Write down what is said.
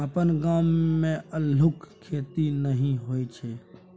अपन गाम मे अल्लुक खेती नहि होए छै